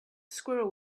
squirrel